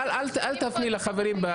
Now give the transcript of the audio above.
אל תפני לחברים.